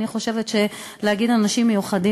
אני חושבת שלהגיד "אנשים מיוחדים",